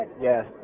Yes